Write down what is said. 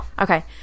Okay